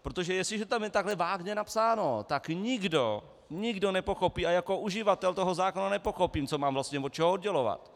Protože jestliže to tam je takhle vágně napsáno, tak nikdo nikdo nepochopí a jako uživatel toho zákona nepochopím, co mám vlastně od čeho oddělovat.